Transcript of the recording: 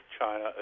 China